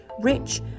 rich